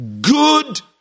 good